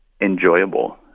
enjoyable